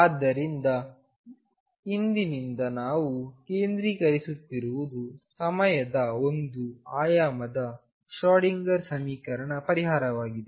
ಆದ್ದರಿಂದ ಇಂದಿನಿಂದ ನಾವು ಕೇಂದ್ರೀಕರಿಸುತ್ತಿರುವುದು ಸಮಯದ ಒಂದು ಆಯಾಮದ ಶ್ರೋಡಿಂಗರ್ ಸಮೀಕರಣದ ಪರಿಹಾರವಾಗಿದೆ